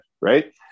Right